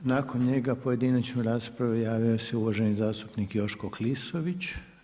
Nakon njega za pojedinačnu raspravu javio se uvaženi zastupnik Joško Klisović.